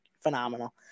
phenomenal